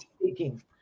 speaking